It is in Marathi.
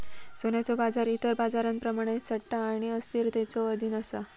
सोन्याचो बाजार इतर बाजारांप्रमाणेच सट्टा आणि अस्थिरतेच्यो अधीन असा